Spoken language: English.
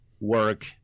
work